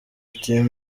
team